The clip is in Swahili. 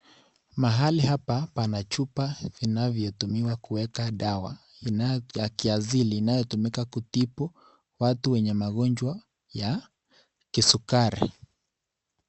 Mahali hapa pana chupa inavyotumiwa kuweka dawa, ya kiasili inayotumika kutibu watu wenye magonjwa ya kisukari.